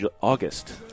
August